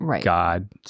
God